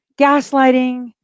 gaslighting